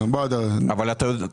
אני התחלתי הבוקר בפרגונים.